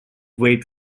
waite